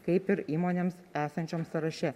kaip ir įmonėms esančioms sąraše